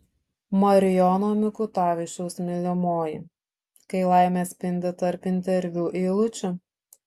marijono mikutavičiaus mylimoji kai laimė spindi tarp interviu eilučių